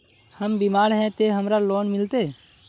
हम बीमार है ते हमरा लोन मिलते?